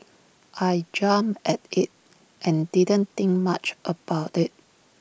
I jumped at IT and didn't think much about IT